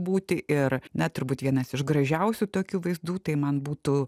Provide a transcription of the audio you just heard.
būti ir na turbūt vienas iš gražiausių tokių vaizdų tai man būtų